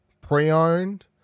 pre-owned